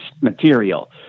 material